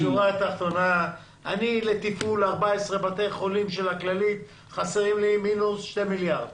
שלתפעול 14 בתי החולים של הכללית חסרים לך 2 מיליארד שקל.